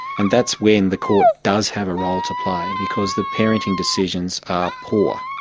and that's when the court does have a role to play, because the parenting decisions are poor.